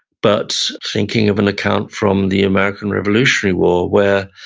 but thinking of an account from the american revolutionary war, where